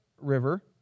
river